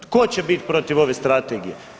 Tko će bit protiv ove strategije?